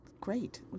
Great